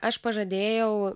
aš pažadėjau